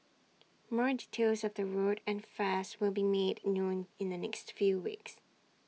more details of the route and fares will be made known in the next few weeks